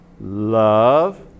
love